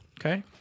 Okay